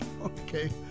Okay